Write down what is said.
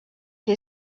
que